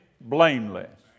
blameless